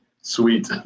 Sweet